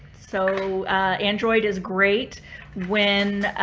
so android is great when,